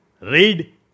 read